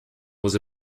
was